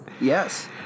Yes